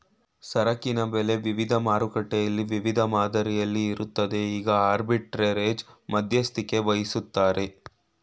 ಸರಕಿನ ಬೆಲೆ ವಿವಿಧ ಮಾರುಕಟ್ಟೆಯಲ್ಲಿ ವಿವಿಧ ಮಾದರಿಯಲ್ಲಿ ಇರುತ್ತದೆ ಈಗ ಆರ್ಬಿಟ್ರೆರೇಜ್ ಮಧ್ಯಸ್ಥಿಕೆವಹಿಸತ್ತರೆ